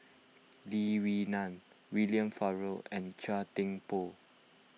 Lee Wee Nam William Farquhar and Chua Thian Poh